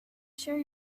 share